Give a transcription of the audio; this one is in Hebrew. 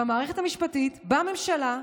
במערכת המשפטית, בממשלה,